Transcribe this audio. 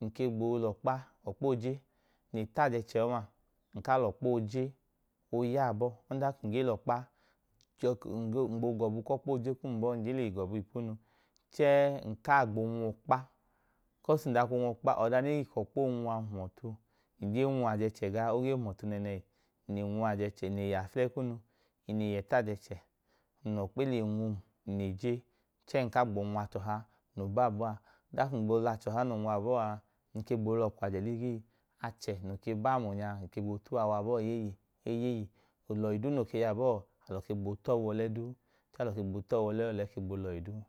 ng ke gboo lẹ ọkpa, ọkpa ooje. Ng le ta ajẹ ẹchẹ ọma, ng kaa lẹ ọkpa ooje ooya abọọ. Ọdanka ng ge lẹ ọkpa, chẹẹ, ng gboo gọbu ku ọkpa ooje kum bọọ, ng ge le yẹ gọbu. Chẹẹ, ng kaa gboo nwu ọkpa. Bikọs ng dọka oonwu ọkpa abọọ, bikọs ọda e i hi ka ọkpa oonwu a, hum ọtu. Ng jen nwu ajẹ ẹchẹ gla, o ge hum ọtu. Ng le nwu ajẹ ẹchẹ, ng le yẹ aflẹyi kunu, ng le yẹ ta ajẹ ẹchẹ, e le nwum ng le je. Chẹẹ ng kaa gboo nwu achẹ ọha noo baa bọọ a. Ọdanka ng gboo nwu achẹ ọha noo baa bọọ a, num gboo lẹ ọkwu ajẹ ligii, achẹ, noo baa mu nya a, ng keg boo ta uwa wa abọọ eyeeye, eyeeye. Olọhi duu noo yọ abọọ, alọ keg boo ta ọọ wa ọlẹ duu, gboo t ọọ wa ọlẹ, ọlẹ keg boo lọhi duu.